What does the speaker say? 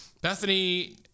Bethany